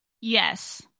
Yes